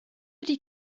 ydy